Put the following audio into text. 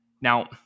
Now